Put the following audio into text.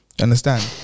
Understand